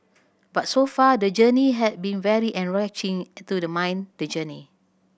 but so far the journey has been very enriching to the mind the journey